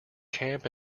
camp